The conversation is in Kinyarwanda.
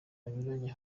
banyuranye